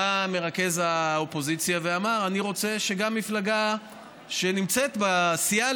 בא מרכז האופוזיציה ואמר: אני רוצה שגם מפלגה שיש לה סיעה,